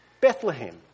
Bethlehem